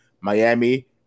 Miami